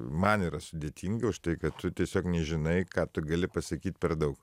man yra sudėtinga už tai kad tu tiesiog nežinai ką tu gali pasakyti per daug